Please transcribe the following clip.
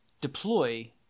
deploy